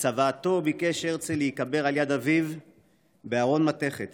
בצוואתו ביקש הרצל להיקבר על יד אביו בארון מתכת